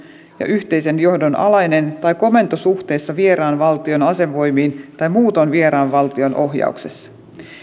ja yhteisen johdon alainen tai komentosuhteessa vieraan valtion asevoimiin tai muutoin vieraan valtion ohjauksessa